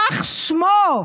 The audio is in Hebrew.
יימח שמו,